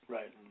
Right